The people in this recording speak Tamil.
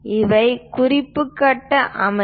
இவை குறிப்பு கட்டம் அமைப்பு